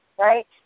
right